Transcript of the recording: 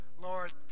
Lord